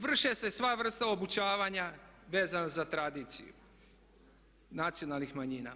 Vrši se sva vrsta obučavanja vezano za tradiciju nacionalnih manjina.